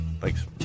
thanks